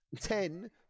Ten